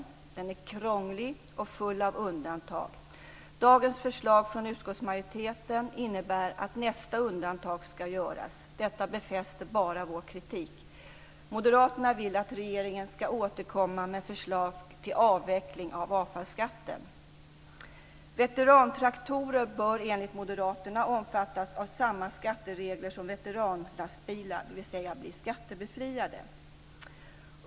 Den är krånglig och full av undantag. Dagens förslag från utskottsmajoriteten innebär att nästa undantag ska göras. Detta befäster bara vår kritik. Moderaterna vill att regeringen ska återkomma med förslag till avveckling av avfallskatten. Veterantraktorer bör enligt Moderaterna omfattas av samma skatteregler som veteranlastbilar, dvs. de ska vara skattebefriade.